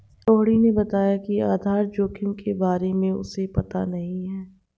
रोहिणी ने बताया कि आधार जोखिम के बारे में उसे पता नहीं है